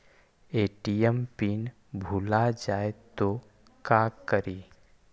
ATM PIN भुला जाए तो का करी?